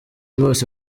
bose